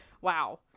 Wow